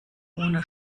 ohne